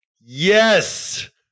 Yes